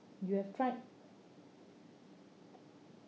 you have tried